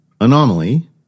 anomaly